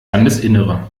landesinnere